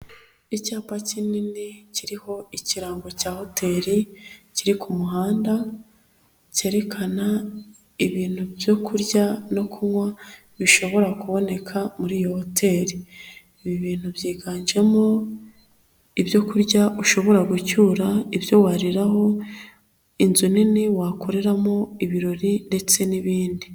Icyapa kinini kiriho ikirango cya hoteli kiri ku muhanda cyerekana ibintu byo kurya no kunywa, bishobora kuboneka muri iyo hoteli ibi bintu byiganjemo ibyo kurya ushobora gucyura, ibyo waririraho inzu nini wakoreramo ibirori ndetse n'ibindi.